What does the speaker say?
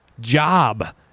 job